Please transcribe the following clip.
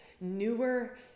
newer